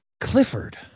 Clifford